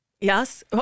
Yes